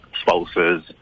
spouses